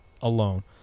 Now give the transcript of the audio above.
alone